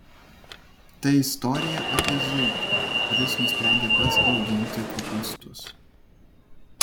tai istorija apie zuikį kuris nusprendė pats auginti kopūstus